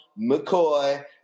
McCoy